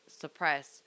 suppress